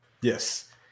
Yes